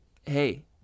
hey